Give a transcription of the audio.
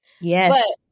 Yes